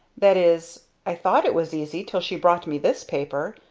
that is, i thought it was easy till she brought me this paper.